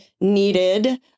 needed